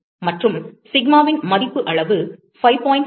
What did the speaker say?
மற்றும் சிக்மாவின் மதிப்பு அளவு 5